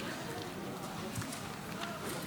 יושב-ראש